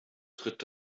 tritt